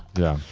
yeah.